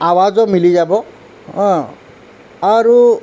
আৱাজো মিলি যাব হঁ আৰু